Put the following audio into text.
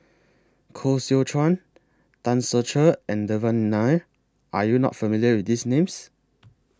Koh Seow Chuan Tan Ser Cher and Devan Nair Are YOU not familiar with These Names